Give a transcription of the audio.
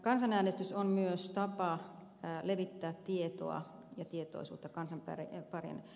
kansanäänestys on myös tapa levittää tietoa ja tietoisuutta kansan pariin